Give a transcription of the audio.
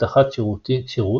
אבטחת שירות,